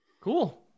Cool